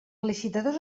licitadors